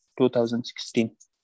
2016